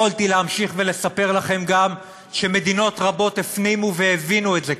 יכולתי להמשיך ולספר לכם גם שמדינות רבות כבר הפנימו והבינו את זה,